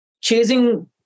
chasing